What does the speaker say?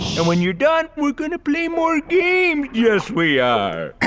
and when you're done, we're gonna play more games! yes we are!